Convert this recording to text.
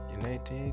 United